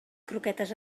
croquetes